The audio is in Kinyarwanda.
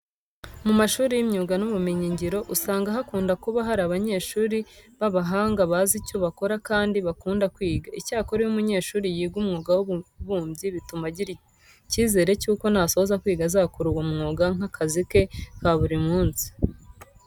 Mu mashuri y'imyuga n'ubumenyingiro usanga hakunda kuba hari abanyeshuri b'abahanga bazi icyo bakora kandi bakunda kwiga. Icyakora iyo umunyeshuri yiga umwuga w'ububumbyi bituma agira icyizere cyuko nasoza kwiga azakora uwo mwuga nk'akazi ke ka buri munsi.